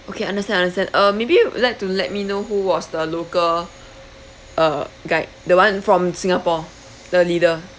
okay understand understand uh maybe you like to let me know who was the local uh guide the [one] from singapore the leader